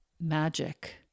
magic